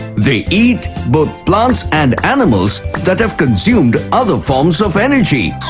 they eat both plants and animals that have consumed other forms of energy.